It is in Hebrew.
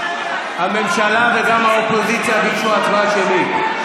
גם הממשלה וגם האופוזיציה ביקשו הצבעה שמית.